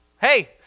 hey